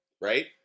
Right